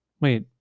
Wait